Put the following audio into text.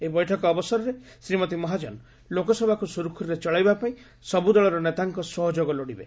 ଏହି ବୈଠକ ଅବସରରେ ଶ୍ରୀମତୀ ମହାଜନ ଲୋକସଭାକୁ ସୁରୁଖୁରୁରେ ଚଳାଇବାପାଇଁ ସବୂ ଦଳର ନେତାଙ୍କ ସହଯୋଗ ଲୋଡ଼ିବେ